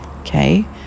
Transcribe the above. okay